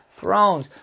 thrones